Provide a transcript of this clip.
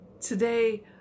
Today